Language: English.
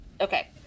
Okay